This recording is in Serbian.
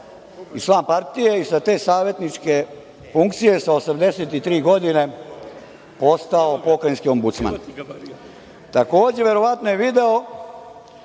član partije i sa te savetničke funkcije sa 83 godine postao pokrajinski Ombudsman. Takođe, verovatno je video